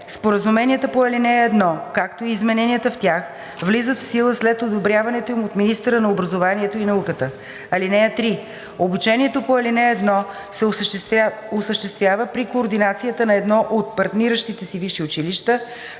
Споразуменията по ал. 1, както и измененията в тях влизат в сила след одобряването им от министъра на образованието и науката. (3) Обучението по ал. 1 се осъществява при координацията на едно от партниращите си висши училища,